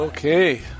Okay